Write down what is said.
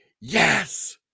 Yes